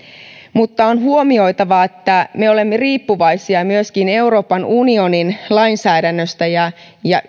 mutta on huomioitava että me olemme riippuvaisia myöskin euroopan unionin lainsäädännöstä ja ja